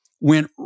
went